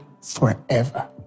forever